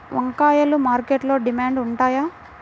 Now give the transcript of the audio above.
వంకాయలు మార్కెట్లో డిమాండ్ ఉంటాయా?